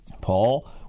Paul